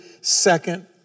second